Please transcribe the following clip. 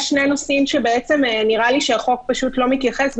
יש שני נושאים שנראה לי שהחוק פשוט לא מתייחס אליהם,